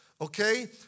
okay